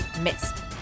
missed